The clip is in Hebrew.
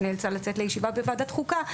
שנאלצה לצאת לישיבה בוועדת חוקה,